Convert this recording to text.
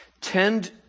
Tend